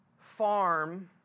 farm